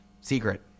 secret